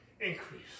increase